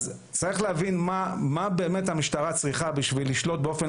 צריך להבין מה באמת המשטרה צריכה בשביל לשלוט באופן